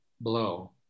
blow